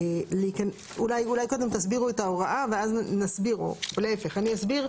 אולי תוכלו להסביר מה היא הבעיה בנוסח, ואני רואה